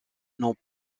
n’ont